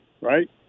right